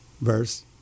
verse